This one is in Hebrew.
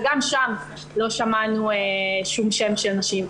וגם שם לא שמענו אף שם של אישה.